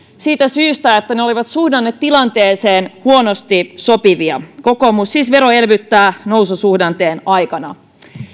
siitä syystä että ne olivat suhdannetilanteeseen huonosti sopivia kokoomus siis veroelvyttää noususuhdanteen aikana